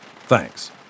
Thanks